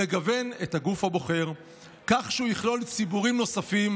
לגוון את הגוף הבוחר כך שהוא יכלול ציבורים נוספים,